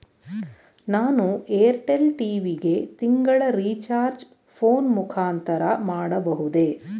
ನಾನು Airtel TV ಗೆ ತಿಂಗಳ ರಿಚಾರ್ಜ್ ಫೋನ್ ಮುಖಾಂತರ ಮಾಡಬಹುದೇ?